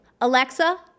Alexa